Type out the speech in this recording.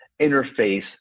interface